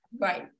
Right